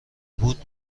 بود